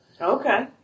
Okay